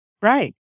right